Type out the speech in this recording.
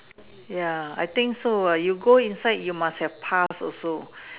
ya I think so ah you go inside you must have pass also